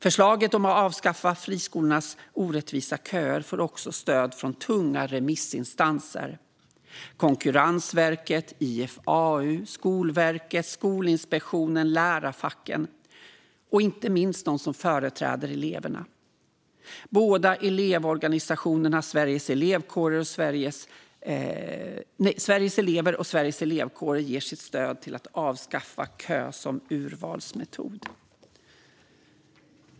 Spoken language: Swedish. Förslaget om att avskaffa friskolornas orättvisa köer får också stöd från tunga remissinstanser som Konkurrensverket, IFAU, Skolverket, Skolinspektionen och lärarfacken - och inte minst av dem som företräder eleverna. Båda elevorganisationerna Sveriges elevråd och Sveriges Elevkårer ger sitt stöd till att avskaffa kö som urvalsmetod.